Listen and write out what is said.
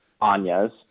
Anya's